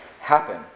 happen